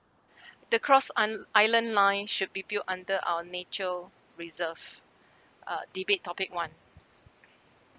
the cross anl~ island line should be built under our nature reserve uh debate topic one